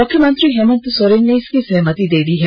मुख्यमंत्री हेमंत सोरेन ने इसकी सहमति दे दी है